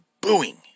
booing